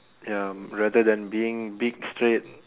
ya rather then being big straight